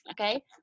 okay